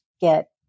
get